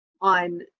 on